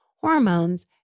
hormones